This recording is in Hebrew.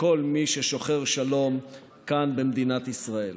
לכל מי ששוחר שלום כאן במדינת ישראל.